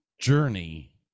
Journey